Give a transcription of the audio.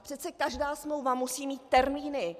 Přece každá smlouva musí mít termíny.